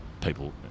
people